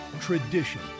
tradition